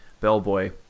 bellboy